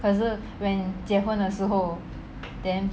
可是 when 结婚的时候 then